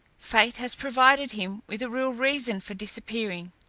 fate has provided him with a real reason for disappearing.